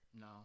No